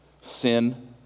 sin